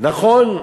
נכון,